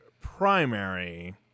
primary